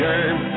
Game